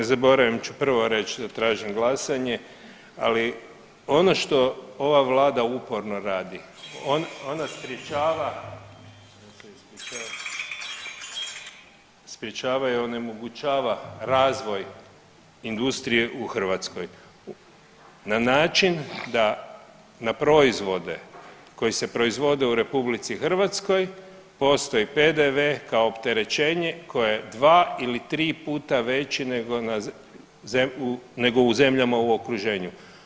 Sad da ne zaboravim pa ću prvo reći da tražim glasanje, ali ono što ova vlada uporno radi, ona sprječava i onemogućava razvoj industrije u Hrvatskoj na način da na proizvode koji se proizvode u RH postoji PDV kao opterećenje koje dva ili tri puta veći nego u zemljama u okruženju.